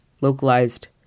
localized